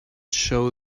show